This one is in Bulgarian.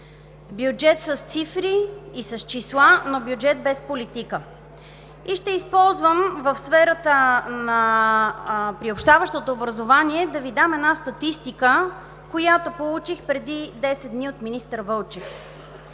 бюджет с цифри и с числа, но бюджет без политика. Ще използвам в сферата на приобщаващото образование да Ви дам една статистика, която получих преди 10 дни от министър Вълчев.